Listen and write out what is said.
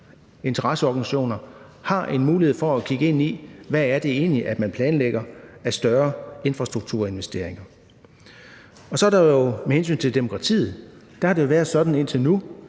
interesseorganisationer har en mulighed for at kigge ind i, hvad det egentlig er, man planlægger af større infrastrukturinvesteringer. Med hensyn til demokratiet har det jo været sådan indtil nu,